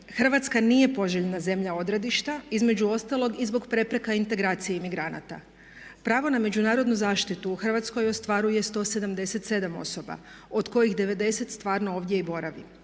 Hrvatska nije poželjna zemlja odredišta, između ostalog i zbog prepreka integracije imigranata. Pravo na međunarodnu zaštitu u Hrvatskoj ostvaruje 177 osoba od kojih 90 stvarno ovdje i boravi.